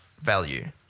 value